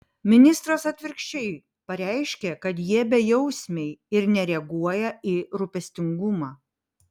ministras atvirkščiai pareiškia kad jie bejausmiai ir nereaguoja į rūpestingumą